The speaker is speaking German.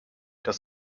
das